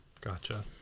Gotcha